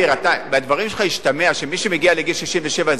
מהדברים שלך משתמע שמי שמגיע לגיל 67, זהו.